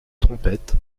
trompette